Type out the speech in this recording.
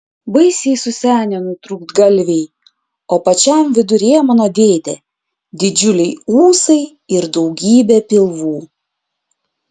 baisiai susenę nutrūktgalviai o pačiam viduryje mano dėdė didžiuliai ūsai ir daugybė pilvų